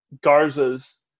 Garza's